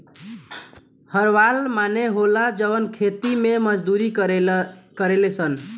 हरवाह माने होला जवन खेती मे मजदूरी करेले सन